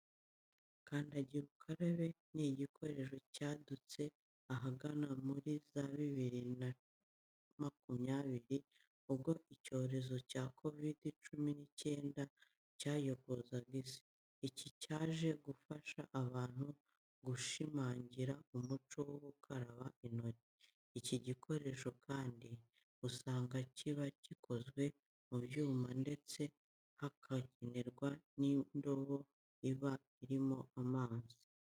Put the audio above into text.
Kandagira ukarabe ni igikoresho cyadutse ahagana muri za bibiri na makumyabiri, ubwo icyorezo cya Covid cumi n'icyenda cyayogozaga isi. Iki cyaje gufasha abantu gushimangira umuco wo gukaraba intoki. Iki gikoresho kandi usanga kiba gikozwe mu byuma ndetse hagakenerwa n'indobo iba irimo amazi.